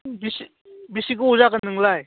बेसे गोबाव जागोन नोंलाय